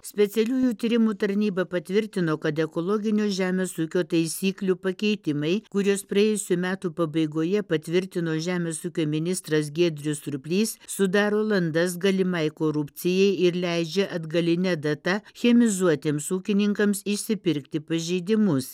specialiųjų tyrimų tarnyba patvirtino kad ekologinio žemės ūkio taisyklių pakeitimai kuriuos praėjusių metų pabaigoje patvirtino žemės ūkio ministras giedrius surplys sudaro landas galimai korupcijai ir leidžia atgaline data chemizuotiems ūkininkams išsipirkti pažeidimus